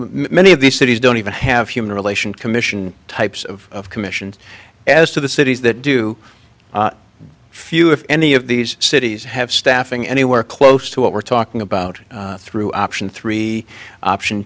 many of these cities don't even have human relations commission types of commissions as to the cities that do few if any of these cities have staffing anywhere close to what we're talking about through option three option